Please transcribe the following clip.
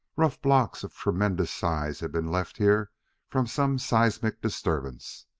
rough blocks of tremendous size had been left here from some seismic disturbance.